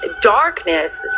darkness